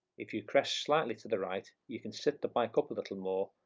if you crest slightly to the right you can sit the bike up a little more,